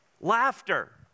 Laughter